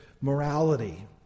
morality